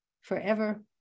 forever